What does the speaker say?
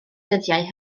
dyddiau